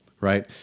Right